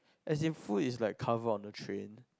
as in food is covered on the train